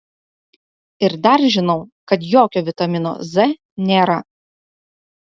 ir dar žinau kad jokio vitamino z nėra